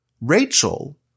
Rachel